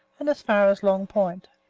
and as far as long point.